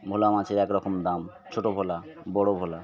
ভোলা মাছের একরকম দাম ছোট ভোলা বড় ভোলা